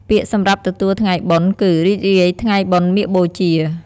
ពាក្យសម្រាប់ទទួលថ្ងៃបុណ្យ គឺ រីករាយថ្ងៃបុណ្យមាឃបូជា។